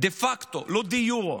דה פקטו, לא דה יורה,